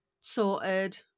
sorted